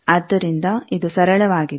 ಆದ್ದರಿಂದ ಇದು ಸರಳವಾಗಿದೆ